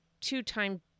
two-time